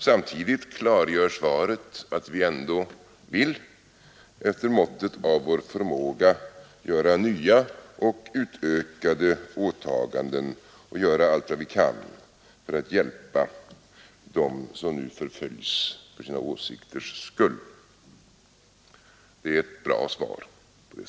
Samtidigt klargör svaret att vi efter måttet av vår förmåga ändå vill göra nya och utökade åtaganden och göra allt vad vi kan för att hjälpa dem som nu förföljs för sina åsikters skull. På det sättet är det ett bra svar.